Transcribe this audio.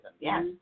Yes